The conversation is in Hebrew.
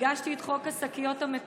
הגשתי את חוק השקיות המקורי.